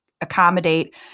accommodate